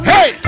Hey